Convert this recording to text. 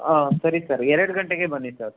ಹಾಂ ಸರಿ ಸರ್ ಎರಡು ಗಂಟೆಗೆ ಬನ್ನಿ ಸರ್